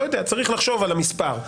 צריך לחשוב על המספר.